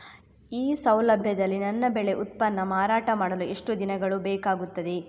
ಈ ಸೌಲಭ್ಯದಲ್ಲಿ ನನ್ನ ಬೆಳೆ ಉತ್ಪನ್ನ ಮಾರಾಟ ಮಾಡಲು ಎಷ್ಟು ದಿನಗಳು ಬೇಕಾಗುತ್ತದೆ?